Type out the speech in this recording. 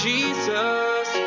Jesus